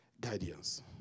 guidance